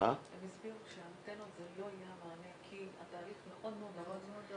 --- הם הסבירו שהאנטנות זה לא יהיה המענה כי התהליך מאוד ארוך.